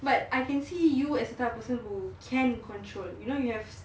but I can see you is the type of person who can control you know you have